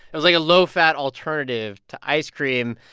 it was like a low-fat alternative to ice cream,